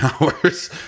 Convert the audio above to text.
hours